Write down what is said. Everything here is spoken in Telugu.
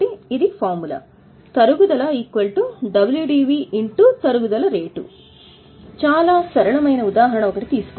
కాబట్టి ఇది ఫార్ములా తరుగుదల WDV తరుగుదల రేటు చాలా సరళమైన ఉదాహరణ ఒకటి తీసుకుందాం